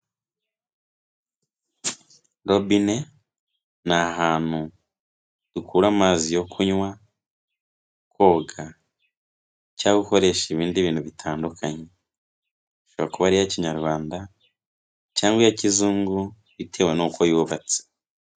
Robine ni ahantu dukura amazi yo kunywa, koga cyangwa gukoresha ibindi bintu bitandukanye. Ishobora kuba iya kinyarwanda cyangwa iya kizungu bitewe n'uko yubatse.